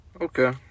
Okay